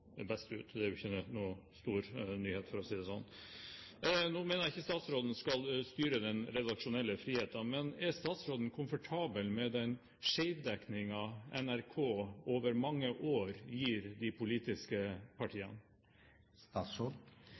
best ut – og det er ingen stor nyhet, for å si det sånn. Nå mener jeg ikke at statsråden skal styre den redaksjonelle friheten, men er statsråden komfortabel med skjevdekningen i NRK over mange år overfor de politiske partiene?